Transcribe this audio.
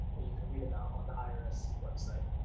that you can read about on the irs website.